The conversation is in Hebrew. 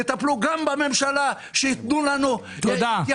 תטפלו גם בממשלה, שייתנו לנו התייחסות.